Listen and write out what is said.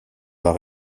pas